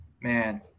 Man